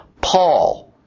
Paul